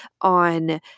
on